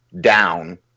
down